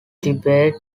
debate